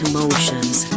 Emotions